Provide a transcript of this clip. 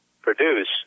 produce